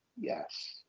Yes